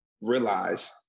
realize